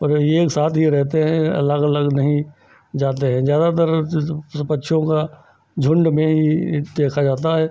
और एक साथ ही यह रहते हैं अलग अलग नहीं जाते हैं ज़्यादातर जैसे पक्षियों को झुण्ड में ही देखा जाता है